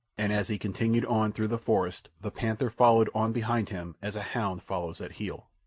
and as he continued on through the forest the panther followed on behind him, as a hound follows at heel.